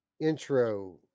intro